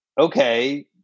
Okay